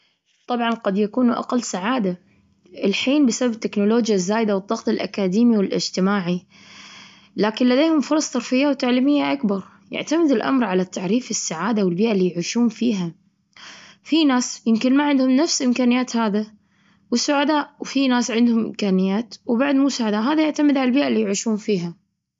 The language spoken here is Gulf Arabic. طبعا، قد يكونوا أقل سعادة الحين بسبب التكنولوجيا الزايدة، والضغط الأكاديمي والاجتماعي، لكن لديهم فرص ترفيهية وتعليمية أكبر. يعتمد الأمر على التعريف بالسعادة والبيئة اللي يعيشون فيها. في ناس يمكن ما عندهم نفس إمكانيات هذا، وسعداء، وفي ناس عندهم إمكانيات، وبعد مو سعداء. هذا يعتمد على البيئة اللي يعيشون فيها.